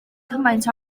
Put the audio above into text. cymaint